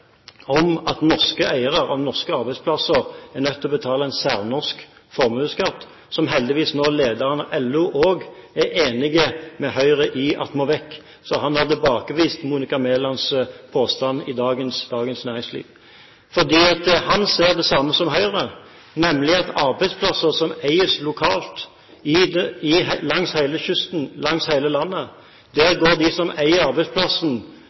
om at norske eiere av norske arbeidsplasser er nødt til å betale en særnorsk formuesskatt, som heldigvis nå lederen av LO òg er enig med Høyre i at må vekk. Han har tilbakevist Monica Mælands påstand i dagens Dagens Næringsliv. Han ser det samme som Høyre, nemlig at når det gjelder arbeidsplasser som eies lokalt langs hele kysten og i hele landet, går de som eier arbeidsplassen,